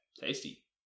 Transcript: Tasty